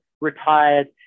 retired